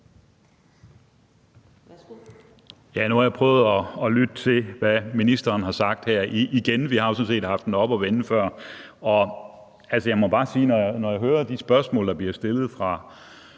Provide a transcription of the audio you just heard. Nu har jeg prøvet at lytte til, hvad ministeren har sagt her igen. Vi har jo sådan set haft den oppe at vende før. Jeg må bare sige, at når jeg hører de spørgsmål, der bliver stillet af